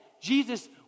Jesus